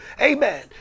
Amen